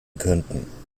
könnten